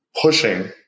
pushing